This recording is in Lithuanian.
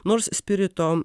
nors spirito